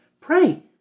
pray